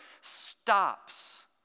stops